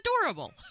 adorable